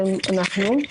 שהם אנחנו,